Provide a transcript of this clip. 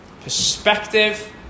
perspective